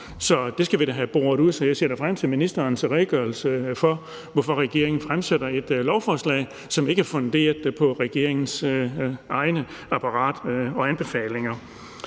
Så det skal vi da have boret ud. Så jeg ser da frem til ministerens redegørelse for, hvorfor regeringen fremsætter et lovforslag, som ikke er funderet på regeringens eget apparats anbefalinger.